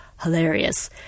hilarious